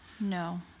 No